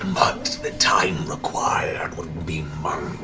but the time required would be months,